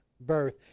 birth